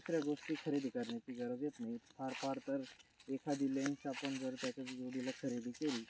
दुसऱ्या गोष्टी खरेदी करण्याची गरज येत नाही फार फार तर एखादी लेन्स आपण जर त्याच्या जोडीला खरेदी केली